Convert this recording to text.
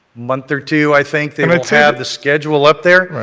month or two, i think they will have the schedule up there.